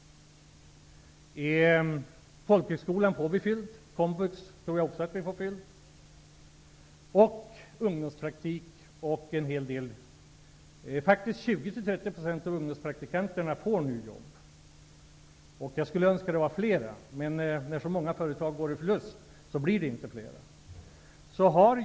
Folkhögskolan får vi fylld. Komvux tror jag också att vi får fylld, och en hel del, faktiskt 20--30 %, av ungdomspraktikanterna får nu jobb. Jag skulle önska att det var flera, men när så många företag går med förlust blir det inte fler.